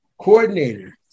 coordinator